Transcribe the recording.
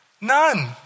none